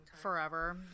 Forever